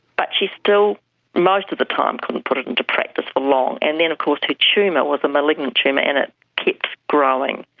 but she still most of the time couldn't put it into practice for long. and then of course her tumour was a malignant tumour and it kept growing,